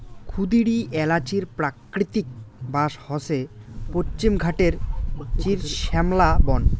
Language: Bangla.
ক্ষুদিরী এ্যালাচির প্রাকৃতিক বাস হসে পশ্চিমঘাটের চিরশ্যামলা বন